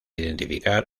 identificar